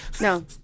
No